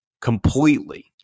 completely